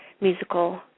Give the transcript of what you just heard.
musical